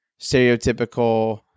stereotypical